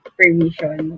permission